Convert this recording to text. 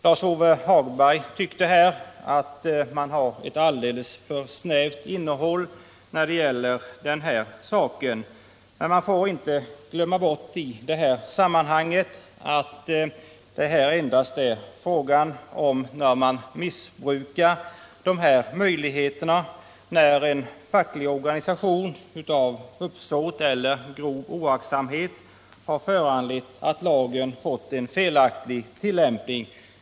Lars-Ove Hagberg tyckte att lagen har ett alldeles för snävt innehåll härvidlag, men man får inte glömma bort i sammanhanget att det här endast är fråga om missbruk, dvs. när en facklig organisation av uppsåt eller grov oaktsamhet har föranlett att lagen fått en felaktig tillämpning.